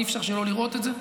אי-אפשר שלא לראות את זה,